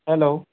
hello